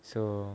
so